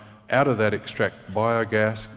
out of that, extract biogas,